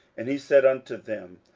and he said unto them,